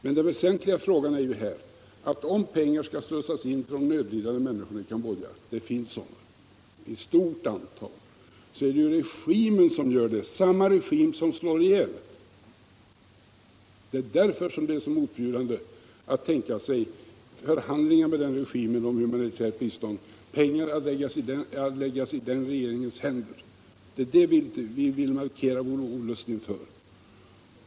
Men den väsentliga frågan här är ju att om pengar skall slussas in för de nödlidande människorna i Cambodja — och det finns sådana i stort antal — så skall det gå via samma regim som slår ihjäl människor. Det är därför som det är så motbjudande att tänka sig förhandlingar med den regimen om humanitärt bistånd — pengar att läggas i den regeringens händer. Det är det vi vill markera vår olust inför.